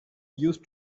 used